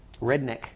redneck